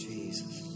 Jesus